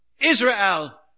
Israel